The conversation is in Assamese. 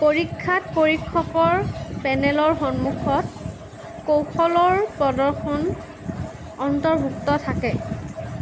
পৰীক্ষাত পৰীক্ষকৰ পেনেলৰ সন্মুখত কৌশলৰ প্ৰদৰ্শন অন্তৰ্ভুক্ত থাকে